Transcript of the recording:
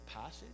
passage